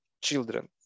children